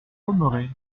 pommeraie